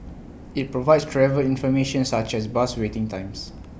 IT provides travel information such as bus waiting times